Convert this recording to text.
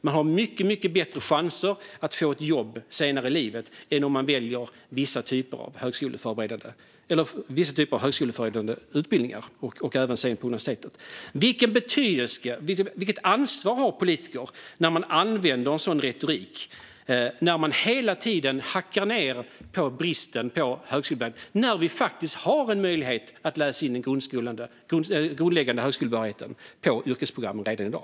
Man har mycket bättre chanser att få ett jobb senare i livet om man väljer ett yrkesprogram än om man väljer vissa typer av högskoleförberedande program och även om man senare går vidare till universitet. Vilket ansvar har politiker när de använder en sådan retorik och hela tiden hackar ned på bristen på högskolebehörighet när man faktiskt har en möjlighet att läsa in den grundläggande högskolebehörigheten på yrkesprogrammen redan i dag?